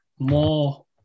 More